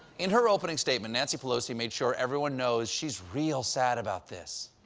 in her opening statement, nancy pelosi made sure everyone knows she's real sad about this.